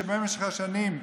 שבמשך השנים,